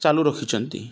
ଚାଲୁ ରଖିଛନ୍ତି